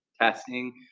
testing